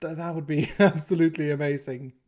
that would be absolutely amazing.